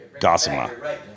Gossima